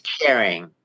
caring